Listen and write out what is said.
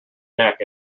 neck